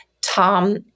Tom